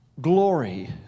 glory